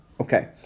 Okay